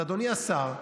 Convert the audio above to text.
אז אדוני השר,